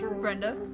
Brenda